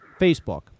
Facebook